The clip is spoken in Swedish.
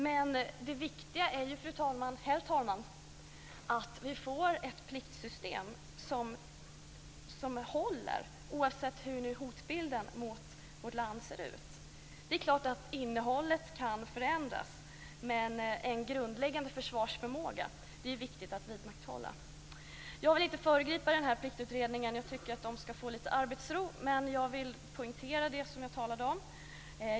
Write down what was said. Men det viktiga är ju, herr talman, att vi får ett pliktsystem som håller oavsett hur hotbilden mot vårt land ser ut. Det är klart att innehållet kan förändras, men det är viktigt att vidmakthålla en grundläggande försvarsförmåga. Jag vill inte föregripa Pliktutredningen. Jag tycker att de skall få lite arbetsro, men jag vill poängtera det som jag talade om.